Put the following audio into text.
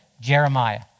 Jeremiah